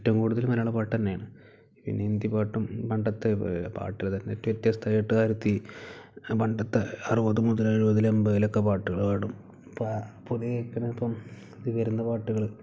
ഏറ്റവും കൂടുതൽ മലയാളം പാട്ടു തന്നെയാണ് പിന്നെ ഹിന്ദി പാട്ടും പണ്ടത്തെ പാട്ടുകൾ തന്നെ വ്യത്യസ്തമായിട്ട് വരുത്തി പണ്ടത്തെ അറുപത് മുതൽ എഴുപതിലെ എൺപതിലെ പാട്ടുകൾ പാടും ഇപ്പം പൊതുവെ കേക്കണിപ്പം പൊ പൊന്തി വരുന്ന പാട്ടുകൾ